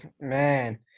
man